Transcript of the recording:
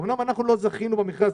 אמנם אנחנו לא זכינו במכרז,